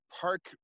park